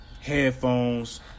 headphones